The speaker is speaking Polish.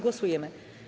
Głosujemy.